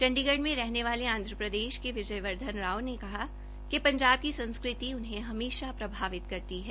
चण्डीगढ में रहने वाले आंध्र प्रदेश के विजय वर्धन राव ने कहा कि पंजाब की संस्कृति उन्हें हमेशा प्रभावित करती है